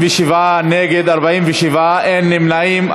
37, נגד, 47, אין נמנעים.